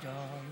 מיקי זוהר,